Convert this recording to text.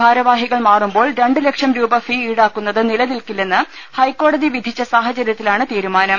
ഭാരവാഹികൾ മാറു മ്പോൾ രണ്ട് ലക്ഷം രൂപ ഫീ ഈടാക്കുന്നത് നിലനിൽക്കി ല്ലെന്ന് ഹൈക്കോടതി വിധിച്ച സാഹചര്യത്തിലാണ് തീരുമാ നം